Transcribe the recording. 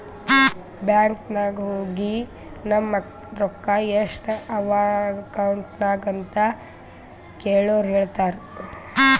bank ನಾಗ್ ಹೋಗಿ ನಮ್ ರೊಕ್ಕಾ ಎಸ್ಟ್ ಅವಾ ಅಕೌಂಟ್ನಾಗ್ ಅಂತ್ ಕೇಳುರ್ ಹೇಳ್ತಾರ್